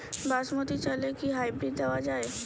বাসমতী চালে কি হাইব্রিড দেওয়া য়ায়?